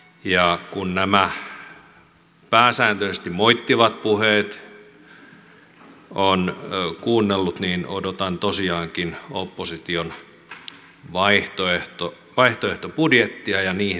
kun nämä pääsääntöisesti moittivat puheet on kuunneltu niin odotan tosiaankin opposition vaihtoehtobudjettia ja siihen liittyvää sopeutuslistaa